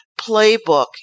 playbook